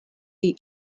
jej